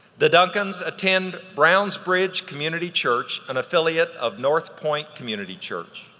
the duncans attend brown's bridge community church, and affiliate of north point community church.